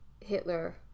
Hitler